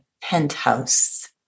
penthouse